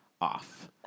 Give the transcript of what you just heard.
off